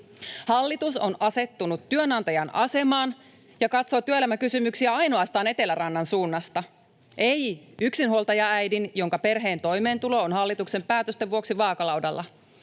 Hallitus on asettunut työnantajan asemaan ja katsoo työelämäkysymyksiä ainoastaan Etelärannan suunnasta. Ei yksinhuoltajaäidin, jonka perheen toimeentulo on hallituksen päätösten vuoksi vaakalaudalla.